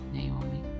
Naomi